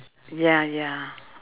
ya ya